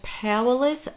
powerless